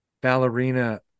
ballerina